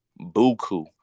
buku